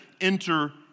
enter